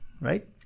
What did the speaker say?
right